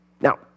Now